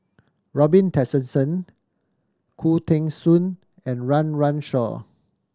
Robin Tessensohn Khoo Teng Soon and Run Run Shaw